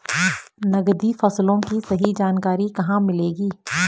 नकदी फसलों की सही जानकारी कहाँ मिलेगी?